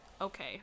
Okay